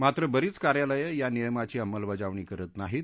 मात्र बरीच कार्यालयं या नियमाची अंमलबजावणी करत नाहीत